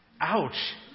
Ouch